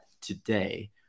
today